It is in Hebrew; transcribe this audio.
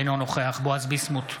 אינו נוכח בועז ביסמוט,